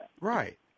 Right